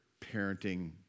parenting